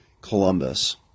Columbus